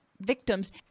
victims